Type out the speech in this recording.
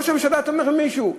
ראש הממשלה תומך במישהו.